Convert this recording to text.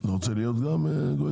אתה רוצה להיות גם גואטה?